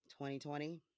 2020